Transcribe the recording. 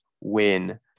win